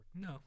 No